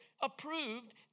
approved